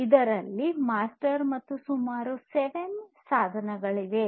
ಇದರಲ್ಲಿ ಮಾಸ್ಟರ್ ಮತ್ತು ಸುಮಾರು 7 ಸಾಧನಗಳಿವೆ